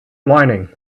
whining